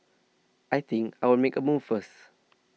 I think I'll make a move first